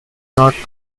not